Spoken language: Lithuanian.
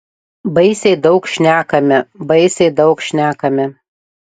baisiai daug šnekame baisiai daug šnekame